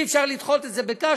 ואי-אפשר לדחות את זה בקש,